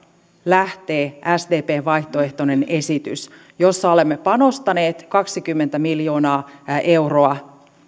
lähtee sdpn vaihtoehtoinen esitys jossa olemme panostaneet kaksikymmentä miljoonaa euroa